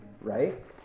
right